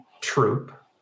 troop